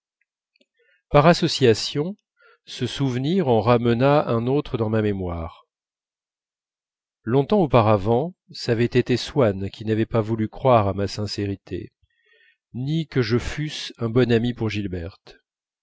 par association ce souvenir en ramena un autre dans ma mémoire longtemps auparavant ç'avait été swann qui n'avait pas voulu croire à ma sincérité ni que je fusse un bon ami pour gilberte